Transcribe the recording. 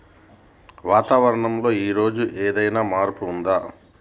వాతావరణం లో ఈ రోజు ఏదైనా మార్పు ఉందా?